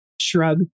shrug